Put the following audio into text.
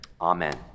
amen